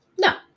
No